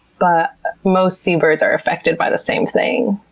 but most sea birds are affected by the same thing,